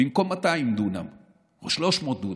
במקום 200 דונם או 300 דונם.